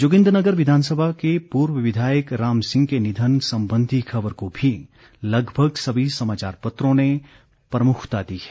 जोगिन्द्रनगर विधानसभा के पूर्व विधायक राम सिंह के निधन संबंधी खबर को भी लगभग सभी समाचार पत्रों ने प्रमुखता दी है